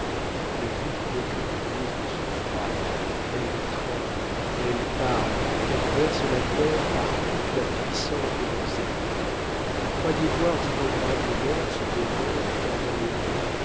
les voûtes d'aucune église ne sont froides elles tremblent elles parlent elles versent la peur par toute la puissance de leurs échos vous croyez voir d'innombrables morts se levant et tendant les mains